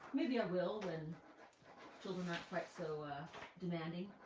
maybe i will when children aren't quite so demanding.